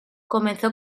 comenzó